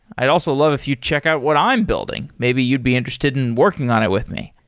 i'd also love if you check out what i'm building. maybe you'd be interested in working on it with me.